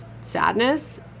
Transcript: sadness